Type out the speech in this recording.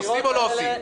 עושים או לא עושים?